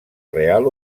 real